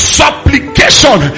supplication